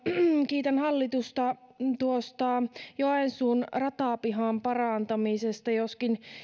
kiitän hallitusta tuosta joensuun ratapihan parantamisesta joskin